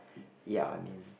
ya I mean